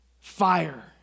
fire